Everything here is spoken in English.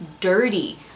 dirty